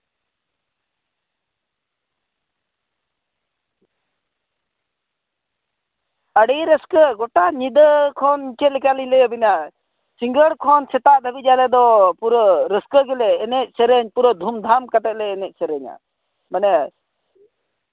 ᱟᱹᱰᱤ ᱨᱟᱹᱥᱠᱟᱹ ᱜᱚᱴᱟ ᱧᱤᱫᱟᱹ ᱠᱷᱚᱱ ᱪᱮᱫ ᱞᱮᱠᱟ ᱞᱤᱧ ᱞᱟᱹᱭᱟᱵᱤᱱᱟ ᱥᱤᱸᱜᱟᱹᱲ ᱠᱷᱚᱱ ᱥᱮᱛᱟᱜ ᱫᱷᱟᱹᱵᱤᱡ ᱟᱞᱮ ᱫᱚ ᱯᱩᱨᱟᱹ ᱨᱟᱹᱥᱠᱟᱹ ᱜᱮᱞᱮ ᱮᱱᱮᱡ ᱥᱮᱨᱮᱧ ᱯᱩᱨᱟᱹ ᱫᱷᱩᱢᱼᱫᱷᱟᱢ ᱠᱟᱛᱮᱫ ᱞᱮ ᱮᱱᱮᱡ ᱥᱮᱨᱮᱧᱟ ᱢᱟᱱᱮ